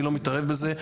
אני לא מתערב בזה.